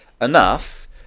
enough